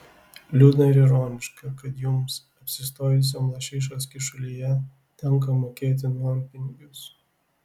liūdna ir ironiška kad jums apsistojusiam lašišos kyšulyje tenka mokėti nuompinigius